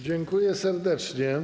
Dziękuję serdecznie.